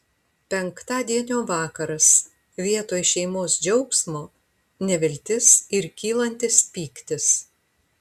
penktadienio vakaras vietoj šeimos džiaugsmo neviltis ir kylantis pyktis